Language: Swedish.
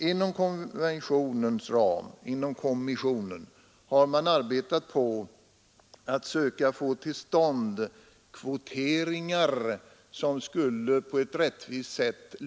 I kommissionen har man inom konventionens ram arbetat på att söka få till stånd fångstkvoteringar mellan länderna som skulle lösa frågorna på ett rättvist sätt.